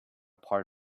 part